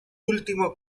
último